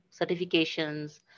certifications